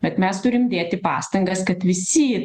bet mes turim dėti pastangas kad visi